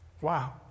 Wow